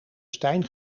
stijn